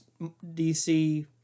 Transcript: DC